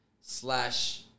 slash